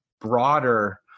broader